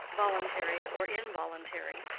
voluntary or involuntary,